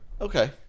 okay